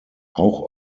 auch